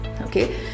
okay